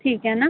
ठीक है ना